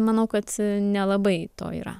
manau kad nelabai to yra